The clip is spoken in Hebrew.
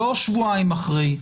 לא שבועיים אחרי,